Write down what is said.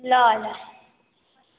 ल ल